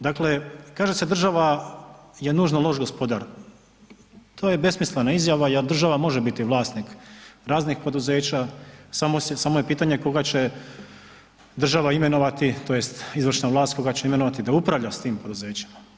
Dakle, kaže se država je nužno loš gospodar, to je besmislena izjava jer država može biti vlasnik raznih poduzeća samo je pitanje koga će država imenovati tj. izvršna vlast koga će imenovati da upravlja s tim poduzećima.